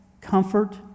comfort